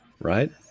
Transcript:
right